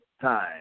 time